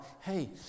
hey